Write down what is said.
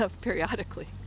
periodically